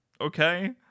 Okay